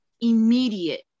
immediate